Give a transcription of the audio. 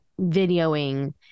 videoing